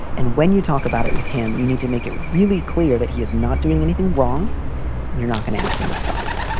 and when you talk about it with him, you need to make it really clear that he is not doing anything wrong and you're not going to ask him to stop.